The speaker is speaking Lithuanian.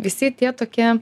visi tie tokie